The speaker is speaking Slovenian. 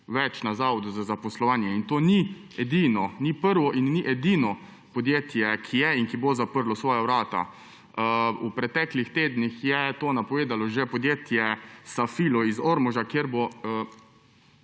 več na zavodu za zaposlovanje. In to ni prvo in ni edino podjetje, ki je in ki bo zaprlo svoja vrata. V preteklih tednih je to napovedalo že podjetje Safilo iz Ormoža, kjer bo